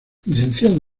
licenciado